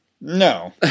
No